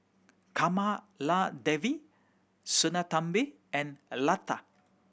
Kamaladevi Sinnathamby and Lata